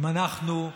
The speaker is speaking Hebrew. אם אנחנו,